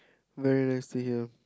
very nice stay here